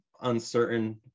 uncertain